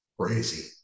Crazy